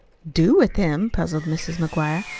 do with him? puzzled mrs. mcguire.